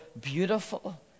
beautiful